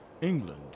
England